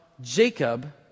Jacob